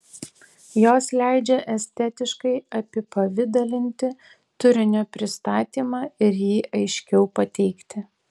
jos leidžia estetiškai apipavidalinti turinio pristatymą ir jį aiškiau pateikti